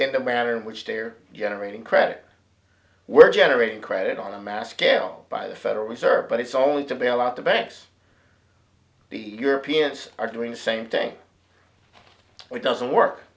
the matter in which they are generating credit we're generating credit on a mass scale by the federal reserve but it's only to bail out the banks the europeans are doing the same thing it doesn't work